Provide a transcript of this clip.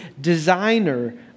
designer